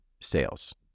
sales